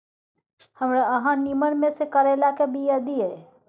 हमरा अहाँ नीमन में से करैलाक बीया दिय?